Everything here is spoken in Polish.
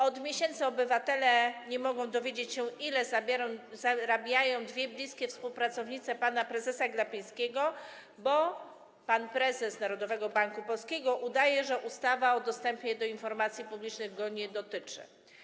Od miesięcy obywatele nie mogą dowiedzieć się, ile zarabiają dwie bliskie współpracownice pana prezesa Glapińskiego, bo pan prezes Narodowego Banku Polskiego udaje, że ustawa o dostępie do informacji publicznej go nie dotyczy.